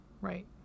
Right